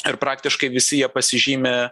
ir praktiškai visi jie pasižymi